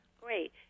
Great